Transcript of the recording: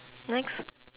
next